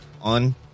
on